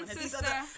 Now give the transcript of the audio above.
sister